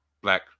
black